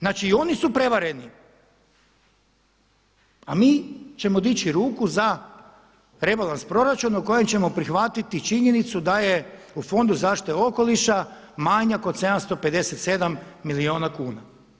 Znači i oni su prevareni, a mi ćemo dići ruku za rebalans proračuna u kojem ćemo prihvatiti činjenicu da je u Fondu zaštite okoliša manjak od 757 milijuna kuna.